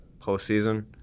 postseason